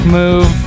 move